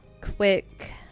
quick